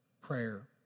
prayer